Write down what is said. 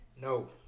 No